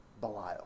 Belial